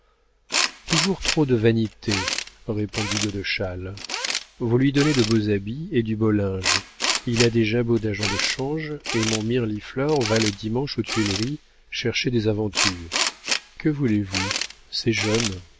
toujours trop de vanité répondit godeschal vous lui donnez de beaux habits et du beau linge il a des jabots d'agent de change et mon mirliflor va le dimanche aux tuileries chercher des aventures que voulez-vous c'est jeune